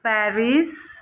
Paris